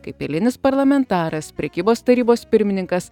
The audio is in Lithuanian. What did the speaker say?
kaip eilinis parlamentaras prekybos tarybos pirmininkas